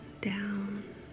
down